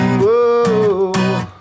whoa